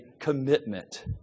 commitment